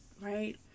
right